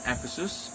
Ephesus